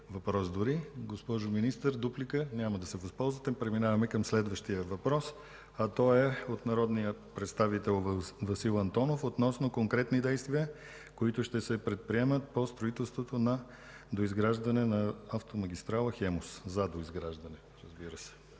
въпрос дори. Госпожо Министър, дуплика? Няма да се възползвате. Преминаваме към следващия въпрос, а той е от народния представител Васил Антонов относно конкретни действия, които ще се предприемат по строителството за доизграждане на автомагистрала „Хемус”. Заповядайте, господин